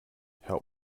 herr